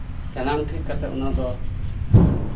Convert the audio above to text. ᱡᱟᱱᱟᱢ ᱴᱷᱤᱠ ᱠᱟᱛᱮᱫ ᱚᱱᱟ ᱫᱚ